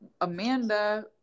Amanda